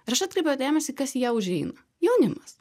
ir atkreipiau dėmesį kas į ją užeina jaunimas